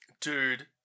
Dude